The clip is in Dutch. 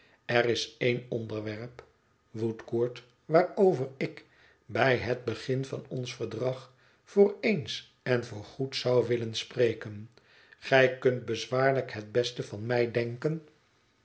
er is één onderwerp woodcourt waarover ik bij het begin van ons verdrag voor eens en voor goed zou willen spreken gij kunt bezwaarlijk het beste van mij denken